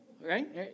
Right